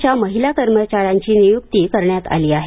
च्या महिला कर्मचाऱ्यांची नियुक्ती करण्यात आली आहे